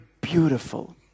beautiful